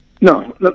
No